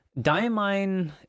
Diamine